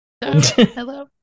Hello